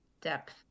depth